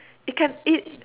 it can eat